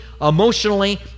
emotionally